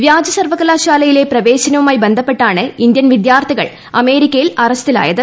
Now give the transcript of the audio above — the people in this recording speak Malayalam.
വ്യാജ സർവ കലാശാലയിലെ പ്രവേശനവുമായി ബന്ധപ്പെട്ടാണ് ഇന്ത്യൻ വിദ്യാർത്ഥികൾ അമേരിക്കയിൽ അറസ്റ്റിലായത്